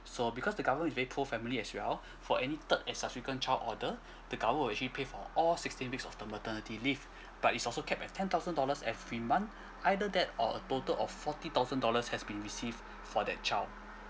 so because the government very pro family as well for any third and subsequent child order the government will actually pay for all sixteen weeks of the maternity leave but it's also capped at ten thousand dollars every month either that or a total of forty thousand dollars has been received for that child